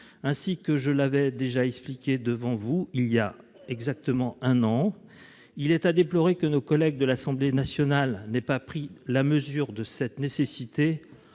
ainsi que je l'avais expliqué devant vous il y a exactement un an. On doit déplorer que nos collègues de l'Assemblée nationale n'aient pas pris la mesure de cette nécessité.